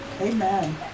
Amen